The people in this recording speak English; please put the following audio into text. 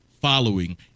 following